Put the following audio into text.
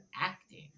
acting